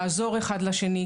לעזור אחד לשני.